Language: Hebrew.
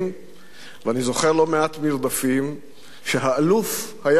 ואני זוכר לא מעט מרדפים שהאלוף היה שם מקדימה.